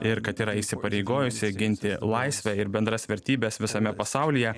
ir kad yra įsipareigojusi ginti laisvę ir bendras vertybes visame pasaulyje